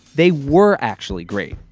they were actually great.